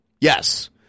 Yes